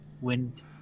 wind